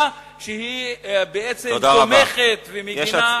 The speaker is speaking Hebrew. שהיא בעצם תומכת בשכבות חלשות ומגינה עליהן.